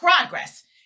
progress